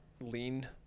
lean